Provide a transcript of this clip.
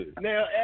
now